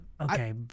Okay